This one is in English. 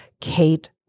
Kate